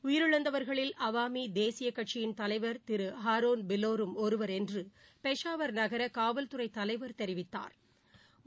உயிரிழந்தவர்களில் அவாமிதேசியகட்சியின் தலைவர் திருஹரோன் பிலோரும் ஒருவர் என்றுபெஷாவா் நகரகாவல்துறை தலைவா் தெரிவித்தாா்